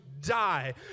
die